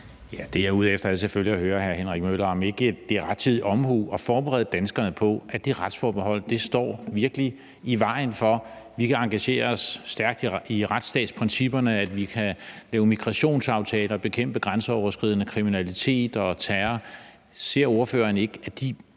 Det, jeg er ude efter, er selvfølgelig at høre hr. Henrik Møller, om ikke det er rettidig omhu at forberede danskerne på en afstemning, fordi det retsforbehold virkelig står i vejen for, at vi kan engagere os stærkt i retsstatsprincipperne, at vi kan lave migrationsaftaler, og at vi kan bekæmpe grænseoverskridende kriminalitet og terror. Ser ordføreren ikke, at de